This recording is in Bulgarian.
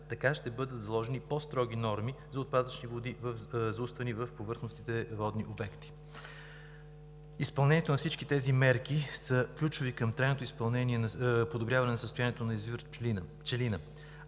Така ще бъдат заложени по-строги норми за отпадъчни води, заустване в повърхностните водни обекти. Изпълнението на всички тези мерки са ключови към трайното подобряване на състоянието на язовир „Пчелина“.